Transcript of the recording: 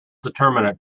determinant